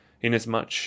inasmuch